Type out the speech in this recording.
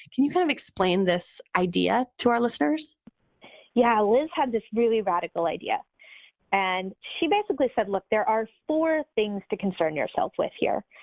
can you kind of explain this idea to our listeners? jessi yeah. liz had this really radical idea and she basically said, look, there are four things to concern yourself with here.